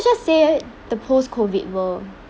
just say the post-COVID world